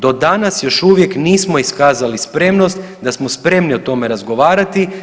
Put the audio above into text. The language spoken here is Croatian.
Do danas još uvijek nismo iskazali spremnost da smo spremni o tome razgovarati.